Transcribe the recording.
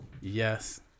Yes